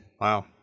Wow